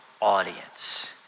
audience